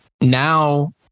now